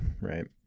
right